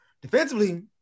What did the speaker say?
defensively